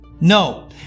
No